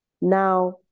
now